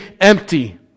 empty